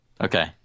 Okay